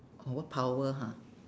oh what power ha